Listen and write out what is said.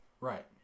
Right